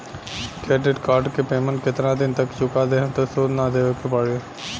Credit card के payment केतना दिन तक चुका देहम त सूद ना देवे के पड़ी?